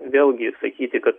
vėlgi sakyti kad